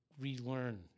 relearn